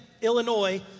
Illinois